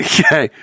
Okay